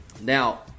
Now